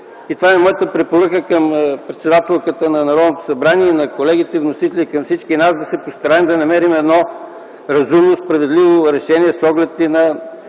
– това е моята препоръка към председателката на Народното събрание и на колегите вносители към всички нас, да се постараем да намерим разумно, справедливо решение с оглед на